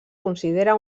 considera